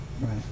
Right